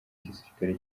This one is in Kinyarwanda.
gisirikare